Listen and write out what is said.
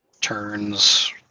turns